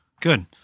good